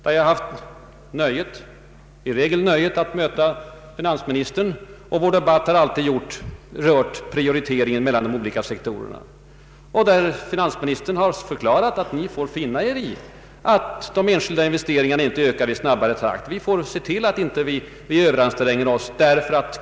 I de debatterna har jag i regel haft nöjet att möta finansministern. Vår diskussion har då alltid rört avvägningen mellan de olika sektorerna. Finansministern har i regel förklarat att vi får finna oss i att investeringarna inte ökar i snabbare takt. Vi får se till att vi inte överanstränger oss.